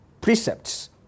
precepts